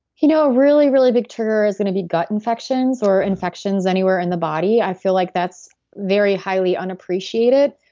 you know a really, really big trigger is going to be gut infections or infections anywhere in the body. i feel like that's very highly unappreciated.